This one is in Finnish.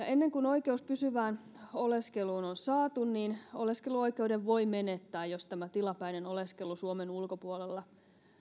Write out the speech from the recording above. ennen kuin oikeus pysyvään oleskeluun on saatu niin oleskeluoikeuden voi menettää jos tämä tilapäinen oleskelu suomen ulkopuolella